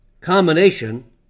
combination